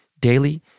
daily